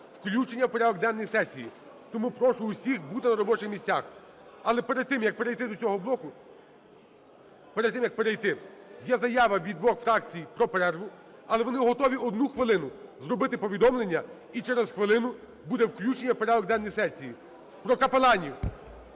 включення в порядок денний сесії. Тому прошу усіх бути на робочих місцях. Але перед тим, як перейти до цього блоку, перед тим, як перейти, є заява від двох фракцій про перерву. Але вони готові одну хвилину зробити повідомлення, і через хвилину буде включення в порядок денний сесії про капеланів,